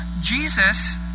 Jesus